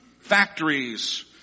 Factories